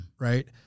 right